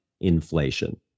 inflation